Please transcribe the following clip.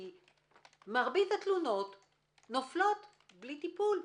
כי מרבית התלונות נופלות בלי טיפול,